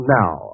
now